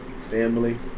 family